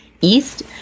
East